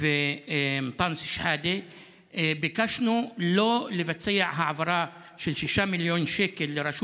ואנטאנס שחאדה ביקשנו לא לבצע העברה של 6 מיליון שקל לרשות